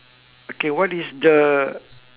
okay what is the